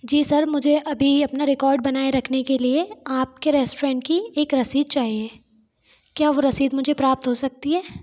जी sir मुझे अभी अपना रिकॉर्ड बनाए रखने के लिए आपके रेस्टोरेंट की एक रसीद चाहिए क्या वह रसीद मुझे प्राप्त हो सकती है